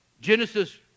Genesis